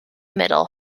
middle